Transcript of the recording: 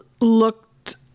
looked